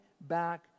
back